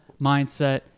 mindset